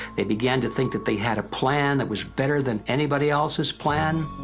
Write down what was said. they began to think that they had a plan that was better than anybody else's plan.